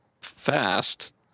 fast